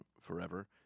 forever